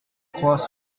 croix